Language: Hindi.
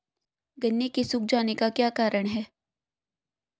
गन्ने के सूख जाने का क्या कारण है?